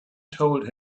told